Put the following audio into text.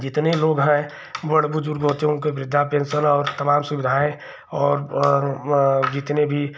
जितने लोग हैं बड़ बुजुर्ग होते हैं उनको वृद्धा पेन्शन और तमाम सुविधाएँ और जितने भी